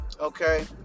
okay